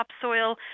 topsoil